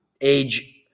age